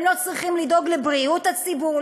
הם לא צריכים לדאוג לבריאות הציבור,